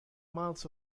miles